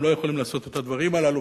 הם לא יכולים לעשות את הדברים הללו,